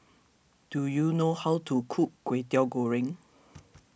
do you know how to cook Lwetiau Goreng